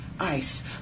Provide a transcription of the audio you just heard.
ice